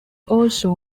also